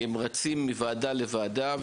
כי רצים מוועדה לוועדה.